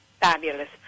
fabulous